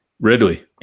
Ridley